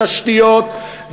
ותשתיות,